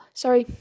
sorry